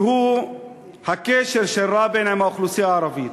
והוא הקשר של רבין עם האוכלוסייה הערבית.